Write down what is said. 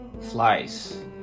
Flies